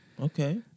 Okay